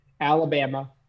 Alabama